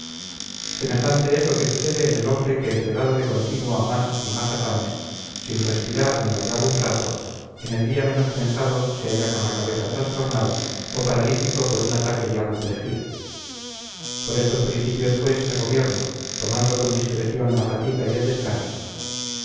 semejante es lo que sucede en el hombre que entregado de continuo a más y más afanes sin respirar ni holgar un rato en el día menos pensado se halla con la cabeza trastornada o paralítico por un ataque de apoplejía por estos principios pues me gobierno tomando con discreción la fatiga y el descanso